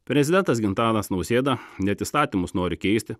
prezidentas gitanas nausėda net įstatymus nori keisti